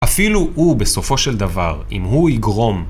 אפילו הוא בסופו של דבר, אם הוא יגרום.